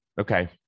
Okay